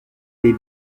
aller